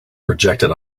projected